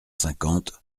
cinquante